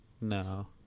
No